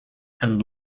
and